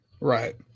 Right